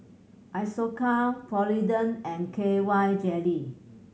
Isocal Polident and K Y Jelly